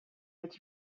which